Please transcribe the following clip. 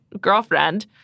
girlfriend